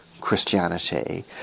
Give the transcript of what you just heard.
Christianity